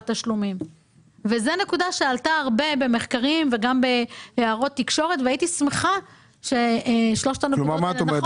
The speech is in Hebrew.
זו נקודה שעלתה הרבה במחקרים והייתי שמחה --- מה את אומרת,